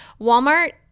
Walmart